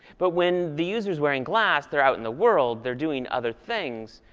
but when the user's wearing glass, they're out in the world, they're doing others things.